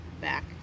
back